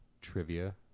trivia